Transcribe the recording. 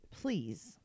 please